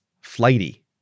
flighty